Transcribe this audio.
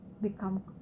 become